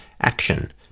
action